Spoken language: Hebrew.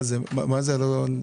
מה זה הדבר הזה?